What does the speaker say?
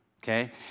Okay